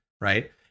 right